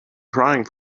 crying